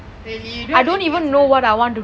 really you don't have anything else you want to do